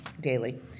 daily